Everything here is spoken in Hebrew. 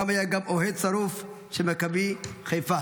אברהם היה גם אוהד שרוף של מכבי חיפה.